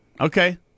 okay